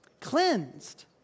Cleansed